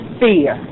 fear